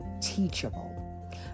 teachable